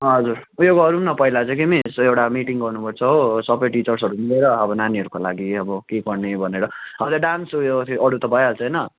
हजुर उयो गरौँ न पहिला चाहिँ कि मिस एउटा मिटिङ गर्नु पर्छ हो सबै टिचर्सहरू मिलेर अब नानीहरूको लागि अब के गर्ने भनेर हजुर डान्स त्यो अरू त भइहाल्छ होइन